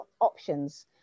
options